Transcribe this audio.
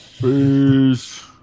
Peace